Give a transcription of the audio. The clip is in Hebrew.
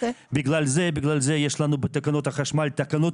בגלל זה יש לנו בתקנות החשמל תקנות